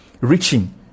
reaching